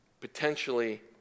potentially